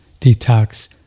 detox